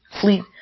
Fleet